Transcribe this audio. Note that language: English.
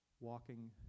walking